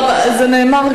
טוב, זה נאמר כבר.